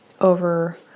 over